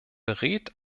berät